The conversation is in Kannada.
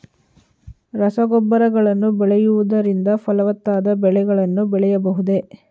ರಸಗೊಬ್ಬರಗಳನ್ನು ಬಳಸುವುದರಿಂದ ಫಲವತ್ತಾದ ಬೆಳೆಗಳನ್ನು ಬೆಳೆಯಬಹುದೇ?